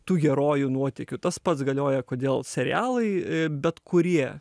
tų herojų nuotykių tas pats galioja kodėl serialai bet kurie